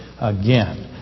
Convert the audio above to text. again